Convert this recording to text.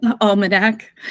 Almanac